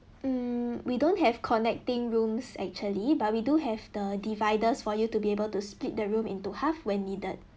mm we don't have connecting rooms actually but we do have the dividers for you to be able to split the room into half when needed